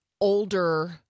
older